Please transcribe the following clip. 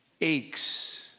aches